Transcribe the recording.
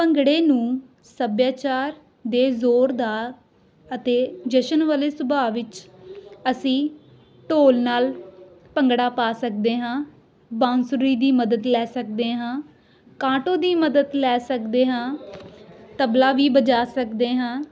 ਭੰਗੜੇ ਨੂੰ ਸੱਭਿਆਚਾਰ ਦੇ ਜ਼ੋਰ ਦਾ ਅਤੇ ਜਸ਼ਨ ਵਾਲੇ ਸੁਭਾਅ ਵਿੱਚ ਅਸੀਂ ਢੋਲ ਨਾਲ ਭੰਗੜਾ ਪਾ ਸਕਦੇ ਹਾਂ ਬਾਂਸੁਰੀ ਦੀ ਮਦਦ ਲੈ ਸਕਦੇ ਹਾਂ ਕਾਟੋ ਦੀ ਮਦਦ ਲੈ ਸਕਦੇ ਹਾਂ ਤਬਲਾ ਵੀ ਬਜਾ ਸਕਦੇ ਹਾਂ